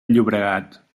llobregat